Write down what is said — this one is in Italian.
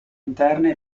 interne